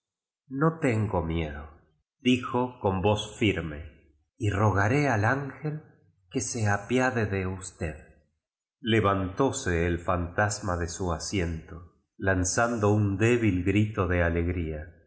no tengo miedodijo con voz firme y rogare al ángel que se apiade de usted levantóse el fantasma de su asiento lan zando un débil grito de alegría